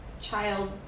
child